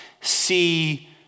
see